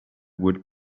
would